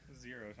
zero